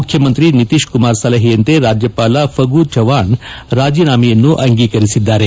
ಮುಖ್ಯಮಂತ್ರಿ ನಿತೀಶ್ ಕುಮಾರ್ ಸಲಹೆಯಂತೆ ರಾಜ್ಯಪಾಲ ಫಗು ಚೌಹಾಣ್ ರಾಜೀನಾಮೆಯನ್ನು ಅಂಗೀಕರಿಸಿದ್ದಾರೆ